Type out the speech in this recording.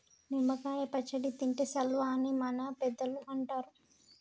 నిమ్మ కాయ పచ్చడి తింటే సల్వా అని మన పెద్దలు అంటరు